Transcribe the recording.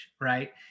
right